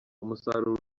umusaruro